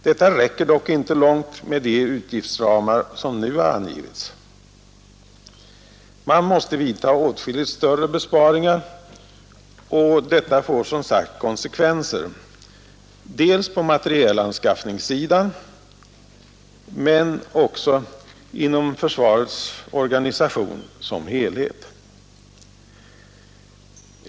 Detta räcker dock inte långt med de utgiftsramar som nu har angivits. Man måste vidta åtskilligt större besparingar, och detta får som sagt konsekvenser på materielanskaffningssidan men också inom försvarets organisation som helhet.